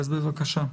אז בבקשה.